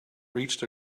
reached